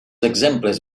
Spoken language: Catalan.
exemples